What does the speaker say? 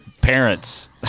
parents